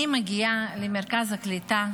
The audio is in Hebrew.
אני מגיעה למרכז הקליטה,